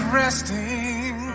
resting